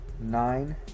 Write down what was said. Nine